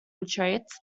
retreats